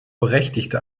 berechtigte